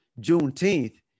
Juneteenth